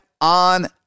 on